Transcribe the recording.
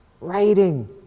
writing